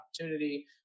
opportunity